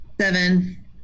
Seven